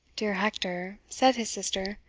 dear hector, said his sister,